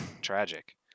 tragic